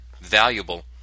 Valuable